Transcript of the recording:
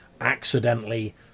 accidentally